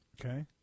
Okay